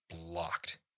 blocked